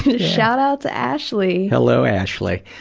shoutout to ashley! hello, ashley.